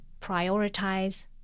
prioritize